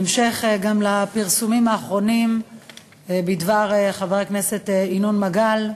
גם בהמשך לפרסומים האחרונים בדבר חבר הכנסת ינון מגל,